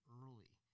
early